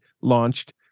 launched